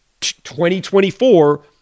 2024